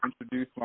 introduce